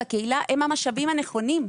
כי אלה הם המשאבים הנכונים.